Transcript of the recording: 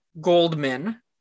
Goldman